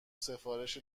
سفارش